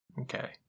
Okay